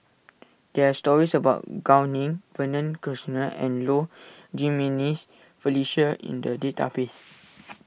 there are stories about Gao Ning Vernon Cornelius and Low Jimenez Felicia in the database